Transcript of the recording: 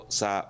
sa